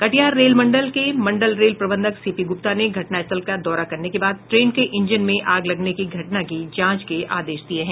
कटिहार रेल मंडल के मंडल रेल प्रबंधक सीपी गुप्ता ने घटनास्थल का दौरा करने के बाद ट्रेन के ईंजन में आग लगने की घटना की जांच के आदेश दिये हैं